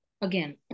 again